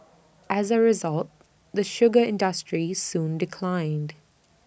as A result the sugar industry soon declined